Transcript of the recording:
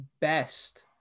best